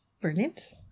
Brilliant